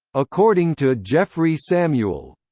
according to geoffrey samuel,